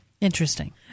Interesting